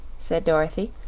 said dorothy,